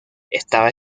estaba